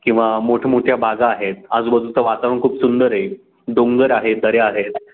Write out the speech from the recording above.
किंवा मोठमोठ्या बागा आहेत आजूबाजूचं वातावरण खूप सुंदर आहे डोंगर आहे दऱ्या आहेत